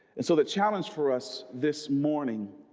and so the challenge for us this morning